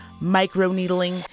micro-needling